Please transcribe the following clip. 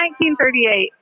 1938